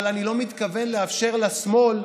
אבל אני לא מתכוון לאפשר לשמאל,